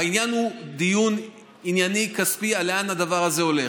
העניין הוא דיון ענייני כספי, לאן הדבר הזה הולך.